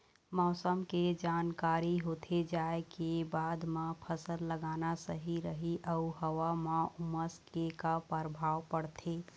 मौसम के जानकारी होथे जाए के बाद मा फसल लगाना सही रही अऊ हवा मा उमस के का परभाव पड़थे?